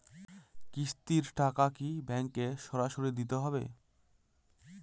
কিস্তির টাকা কি ব্যাঙ্কে সরাসরি দিতে হবে?